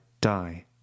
die